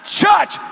church